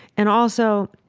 and also,